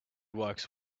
works